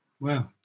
Wow